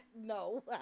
no